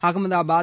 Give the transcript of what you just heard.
Ahmedabad